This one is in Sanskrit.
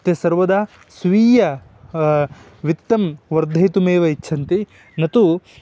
ते सर्वदा स्वीय वित्तं वर्धयितुमेव इच्छन्ति न तु